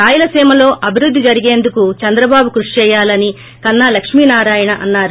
రాయలసీమలో అభివృద్ధి జరిగేందుకు చంద్రబాబు కృషి చెయ్యాలని కన్నా లక్ష్మి నారాయణ అన్నారు